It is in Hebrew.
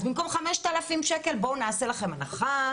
אז במקום 5,000 שקל בואו נעשה לכם הנחה,